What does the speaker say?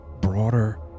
broader